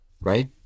Right